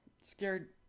scared